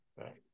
Right